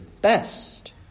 best